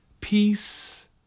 peace